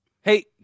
Hey